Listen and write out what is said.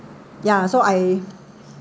ya so I